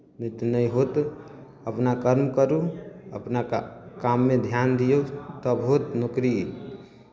नहि तऽ नहि होत अपना कर्म करू अपना का काममे ध्यान दियौ तब होत नौकरी